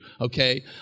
Okay